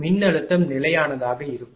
மின்னழுத்தம் நிலையானதாக இருக்கும்